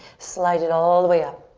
slide it all the way up.